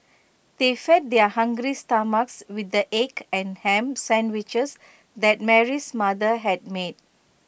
they fed their hungry stomachs with the egg and Ham Sandwiches that Mary's mother had made